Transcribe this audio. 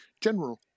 General